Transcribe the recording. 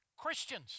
Christians